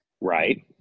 Right